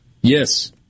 Yes